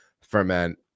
ferment